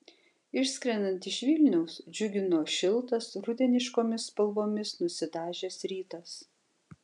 išskrendant iš vilniaus džiugino šiltas rudeniškomis spalvomis nusidažęs rytas